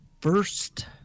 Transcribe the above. First